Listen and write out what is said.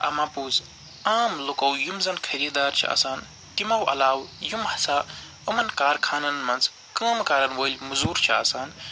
اَما پوٚز عام لُکو یِم زن خٔریٖدار چھِ آسان تِمو علاوٕ یِم ہَسا یِمن کارخانن منٛز کٲم کَرن وٲلۍ مزوٗر چھِ آسان